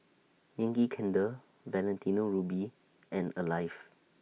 Yankee Candle Valentino Ruby and Alive